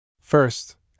First